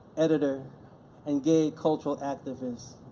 editor and gay cultural activist,